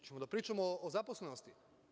Hoćemo li da pričamo o zaposlenosti?